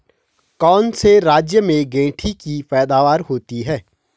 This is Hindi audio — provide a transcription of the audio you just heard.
कौन से राज्य में गेंठी की पैदावार होती है?